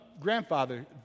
grandfather